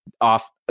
off